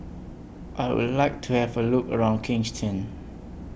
I Would like to Have A Look around Kingston